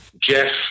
Jeff